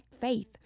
faith